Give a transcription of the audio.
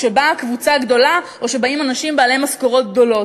כמו כשבאה קבוצה גדולה או כשבאים אנשים בעלי משכורות גדולות.